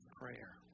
prayer